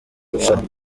irushanwa